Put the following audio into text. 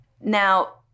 Now